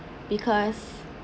because